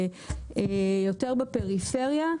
יותר בפריפריה,